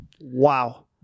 Wow